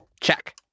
Check